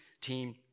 team